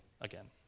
again